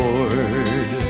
Lord